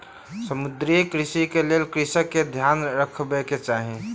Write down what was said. समुद्रीय कृषिक लेल कृषक के ध्यान रखबाक चाही